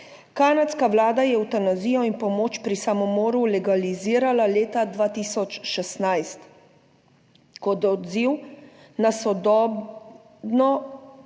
kanadska vlada je evtanazijo in pomoč pri samomoru legalizirala leta 2016 kot odziv na sodobno,